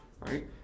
right